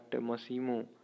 Massimo